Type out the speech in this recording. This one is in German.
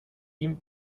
ihm